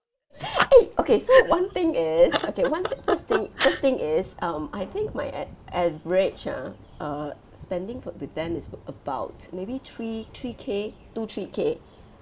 eh okay so one thing is okay one first thing first thing is um I think my a~ average ah uh spending for with them is about maybe three three K two three K